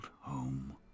home